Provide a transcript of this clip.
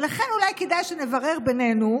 ולכן אולי כדאי שנברר בינינו,